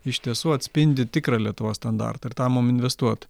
iš tiesų atspindi tikrą lietuvos standartą ir tą mum investuot